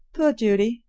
poor judy!